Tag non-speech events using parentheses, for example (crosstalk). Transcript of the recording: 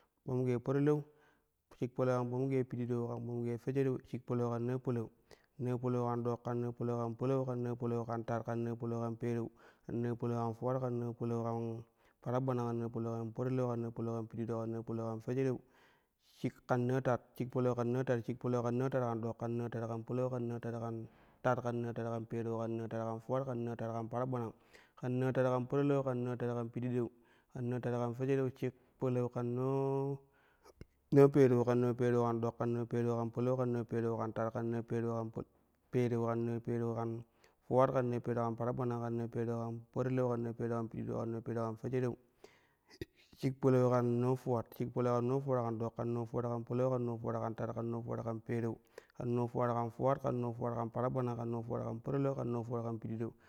Kpumu gee parilau, shik palau kan kpumu gee pidiɗau, shik palau kan kpumu gee fejereu, shik palau kan naa palau. Naa palau kan ɗok, kan naa palau kan palau, kan naa palau kan tat, kan naa palau kan pereu, kan naa palau kan fuwat, kan naa palau kan paragbanang, kan naa palau kan parilau, kan naa palau kan pididau, kan naa palau kan fejereu, shik kan naa tat, shik palau kan naa tat, shik palau kan naa tat kan dok, kan naa tat kan palau, kan naa tat kan tat, kan naa tat kan pereu, kan naa tat kan fuwat, kan naa tat kan paragbanang, kan naa tat kan parilau, kan naa tat kan pididau, kan naa tat kan fejereu, shik palau kan naa pereu, kan naa pereu kan dok kan naa pereu palau, kan naa pereu tat, kan naa pereu pa pereu, kan naa pereu fuwat, kan naa pereu paragbanang, kan naa pereu parilau, kan naa pereu pididau, kan naa pereu fejereu, (noise) shik palau kan naa fuwat. Shik palau kan naa fuwat kan dok, kan naa fuwat kan palau, kan naa fuwat kan tat, kan naa fuwat kan pereu, kan naa fuwat kan fuwat, kan naa fuwat kan paragbanang, kan naa fuwat kan parilau, kan naa fuwat kan pididau.